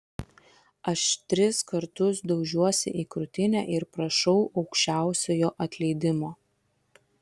aš tris kartus daužiuosi į krūtinę ir prašau aukščiausiojo atleidimo